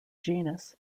genus